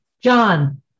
John